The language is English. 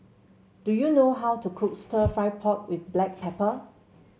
do you know how to cook stir fry pork with Black Pepper